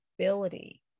ability